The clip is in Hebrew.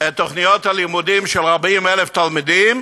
את תוכניות הלימודים של 40,000 תלמידים,